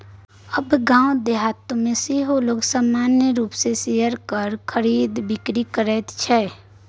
आब गाम देहातमे सेहो लोग सामान्य रूपसँ शेयरक खरीद आ बिकरी करैत छै